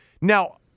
Now